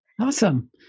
Awesome